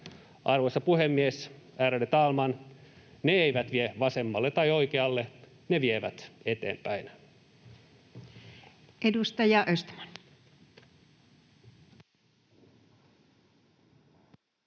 Arvoisa puhemies, ärade talman, ne eivät vie vasemmalle tai oikealle, ne vievät eteenpäin.